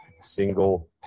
single